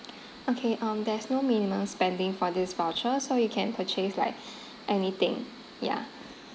okay um there's no minimum spending for this voucher so you can purchase like anything ya